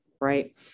Right